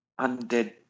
undead